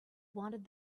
wanted